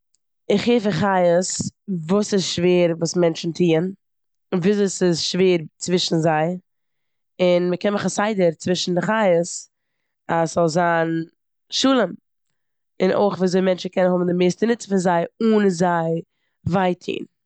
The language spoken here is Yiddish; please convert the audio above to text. כ'הער פון חיות וואס איז שווער וואס מענטשן טוען, און וויאזוי ס'איז שווער צווישן זיי, און מ'קען מאכן סדר צווישן די חיות אז ס'זאל זיין שלום, און אויך וויאזוי מען קענען האבן די מערסטע נוצן פון זיי אן זיי וויי טון.